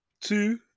Two